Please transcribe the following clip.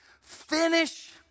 Finish